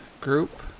group